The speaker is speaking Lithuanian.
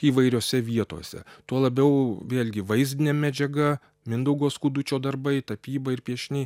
įvairiose vietose tuo labiau vėlgi vaizdinė medžiaga mindaugo skudučio darbai tapyba ir piešiniai